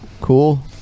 Cool